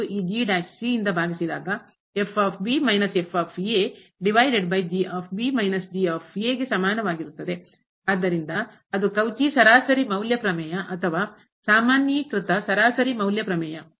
ಮತ್ತು ಈ ಯಿಂದ ಭಾಗಿಸಿದಾಗ ಆದ್ದರಿಂದ ಅದು ಕೌಚಿ ಸರಾಸರಿ ಮೌಲ್ಯ ಪ್ರಮೇಯ ಅಥವಾ ಸಾಮಾನ್ಯೀಕೃತ ಸರಾಸರಿ ಮೌಲ್ಯ ಪ್ರಮೇಯ